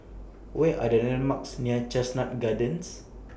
Where Are The landmarks near Chestnut Gardens